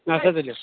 اَدٕ سا تُلِو